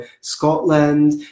scotland